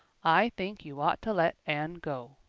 i think you ought to let anne go,